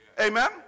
Amen